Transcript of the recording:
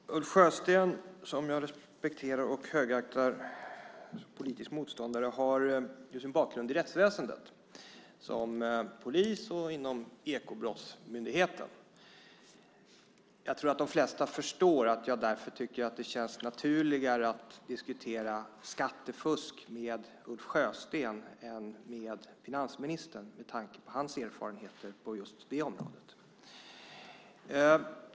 Fru talman! Ulf Sjösten är en politisk motståndare som jag respekterar och högaktar och som har sin bakgrund i rättsväsendet som polis och inom Ekobrottsmyndigheten. Jag tror att de flesta förstår att jag därför tycker att det känns naturligare att diskutera skattefusk med Ulf Sjösten än med finansministern med tanke på hans erfarenheter på just det området.